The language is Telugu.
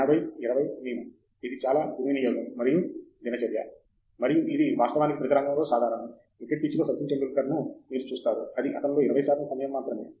ప్రొఫెసర్ ఆండ్రూ తంగరాజ్ ఇది చాలా దుర్వినియోగం మరియు దినచర్య మరియు ఇది వాస్తవానికి ప్రతి రంగంలో సాధారణం క్రికెట్ పిచ్లో సచిన్ టెండూల్కర్ను మీరు చూస్తారు అది అతనిలో 20 శాతం సమయం మాత్రమే